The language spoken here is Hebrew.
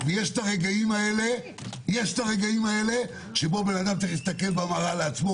יש הרגעים האלה שאדם צריך להסתכל על עצמו